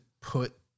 put